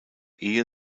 ehe